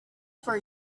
for